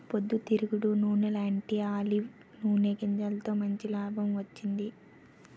పొద్దు తిరుగుడు నూనెలాంటీ ఆలివ్ నూనె గింజలతో మంచి లాభం వచ్చింది